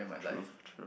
true true